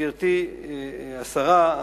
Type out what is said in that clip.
גברתי השרה,